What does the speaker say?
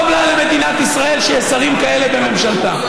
טוב לה למדינת ישראל שיש שרים כאלה בממשלתה.